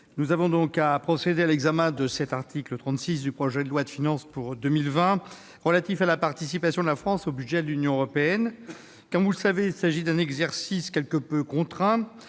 nous avons donc à procéder à l'examen de l'article 36 du projet de loi de finances pour 2020, relatif à la participation de la France au budget de l'Union européenne. Comme vous le savez, il s'agit d'un exercice quelque peu contraint,